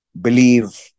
believe